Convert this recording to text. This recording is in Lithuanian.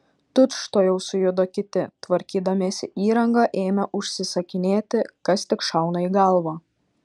tučtuojau sujudo kiti tvarkydamiesi įrangą ėmė užsisakinėti kas tik šauna į galvą